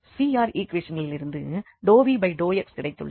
CR ஈக்குவேஷன்களிலிருந்து ∂v∂x கிடைத்துள்ளது